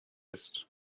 ist